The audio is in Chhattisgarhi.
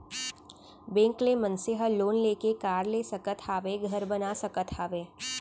बेंक ले मनसे ह लोन लेके कार ले सकत हावय, घर बना सकत हावय